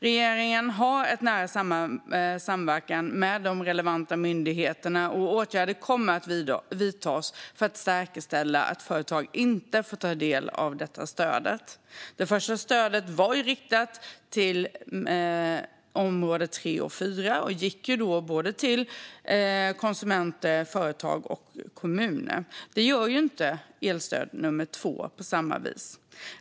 Regeringen har en nära samverkan med de relevanta myndigheterna, och åtgärder kommer att vidtas för att säkerställa att företag inte får ta del av detta stöd. Det första stödet var riktat till område 3 och 4 och gick då till konsumenter, företag och kommuner. Det gör ju inte elstöd nummer 2 på samma vis.